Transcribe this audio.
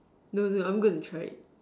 no no I'm going to try it